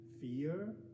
fear